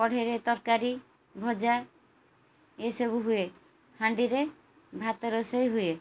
କଢ଼େଇରେ ତରକାରୀ ଭଜା ଏସବୁ ହୁଏ ହାଣ୍ଡିରେ ଭାତ ରୋଷେଇ ହୁଏ